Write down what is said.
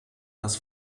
das